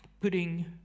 putting